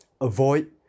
Avoid